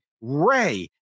Ray